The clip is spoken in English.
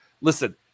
listen